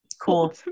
cool